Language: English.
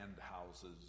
houses